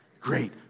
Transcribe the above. Great